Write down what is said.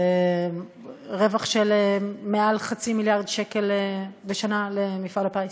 זה רווח של מעל חצי מיליארד שקל בשנה למפעל הפיס.